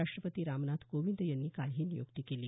राष्ट्रपती रामनाथ कोविंद यांनी काल ही नियुक्ती केली